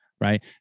right